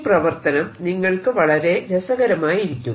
ഈ പ്രവർത്തനം നിങ്ങൾക്ക് വളരെ രസകരമായിരിക്കും